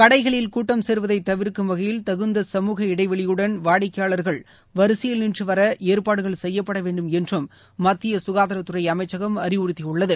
கடைகளில் கூட்டம் சேருவதை தவிர்க்கும் வகையில் தகுந்த சமூக இளடவெளியுடன் வாடிக்கையாளர்கள் வரிசையில் நின்று வர ஏற்பாடுகள் செய்யப்பட வேண்டும் என்றும் மத்திய சுனதாரத்துறை அமைச்சகம் அறிவுறுத்தியுள்ளது